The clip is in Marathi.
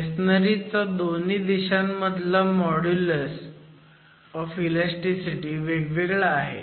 मेसोनरी चा दोन्ही दिशांमधला मॉड्युलस ऑफ इलॅस्टीसिटी वेगवेगळा आहे